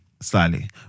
Slightly